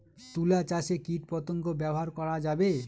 তুলা চাষে কীটপতঙ্গ ব্যবহার করা যাবে?